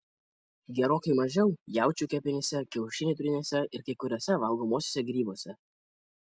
gerokai mažiau jaučių kepenyse kiaušinių tryniuose ir kai kuriuose valgomuosiuose grybuose